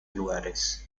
lugares